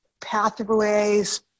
pathways